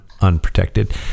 unprotected